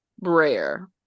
Rare